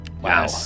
Wow